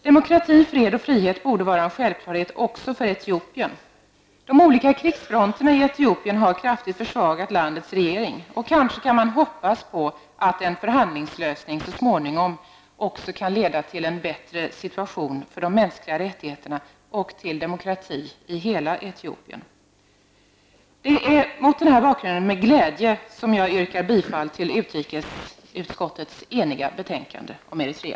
Demokrati, fred och frihet borde vara en självklarhet också för Etiopien. De olika krigsfronterna i Etiopien har kraftigt försvagat landets regering. Kanske kan man hoppas på att en förhandlingslösning så småningom också kan leda till en bättre situation för de mänskliga rättigheterna, och till demokrati i hela Etiopien. Det är mot denna bakgrund som jag med glädje yrkar bifall till utskottets eniga hemställan beträffande Eritrea.